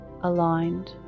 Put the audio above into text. aligned